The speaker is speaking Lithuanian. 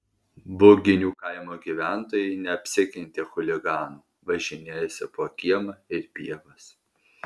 buginių kaimo gyventojai neapsikentė chuliganų važinėjosi po kiemą ir pievas